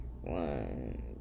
one